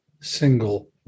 single